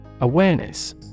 Awareness